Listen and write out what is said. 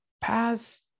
pass